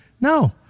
no